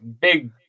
big